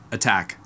Attack